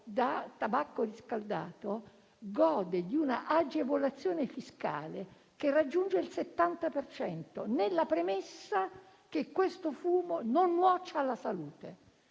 da tabacco riscaldato gode di un'agevolazione fiscale, che raggiunge il 70 per cento, con la premessa che questo fumo non nuoce alla salute.